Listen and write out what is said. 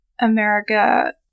America